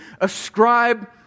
ascribe